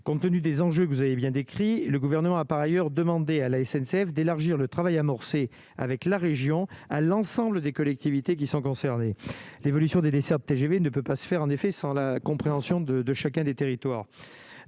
compte tenu des enjeux que vous avez bien décrit le gouvernement a par ailleurs demandé à la SNCF d'élargir le travail amorcé avec la région à l'ensemble des collectivités qui sont concernés, l'évolution des dessertes TGV ne peut pas se faire en effet sans la compréhension de chacun des territoires